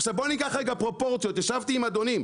עכשיו בואו ניקח רגע פרופורציות ישבתי עם אדונים,